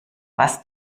was